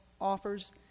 offers